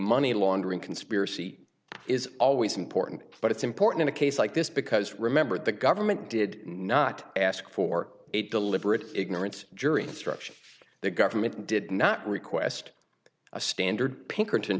money laundering conspiracy is always important but it's important a case like this because remember the government did not ask for a deliberate ignorance jury instructions the government did not request a standard pinkerton